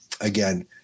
again